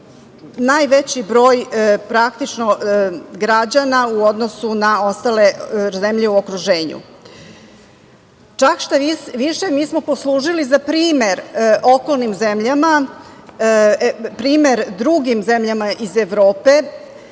najveći broj građana u odnosu na ostale zemlje u okruženju. Mi smo poslužili za primer okolnim zemljama, primer drugim zemljama iz Evrope,